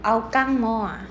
hougang mall ah